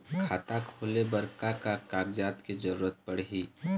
खाता खोले बर का का कागजात के जरूरत पड़ही?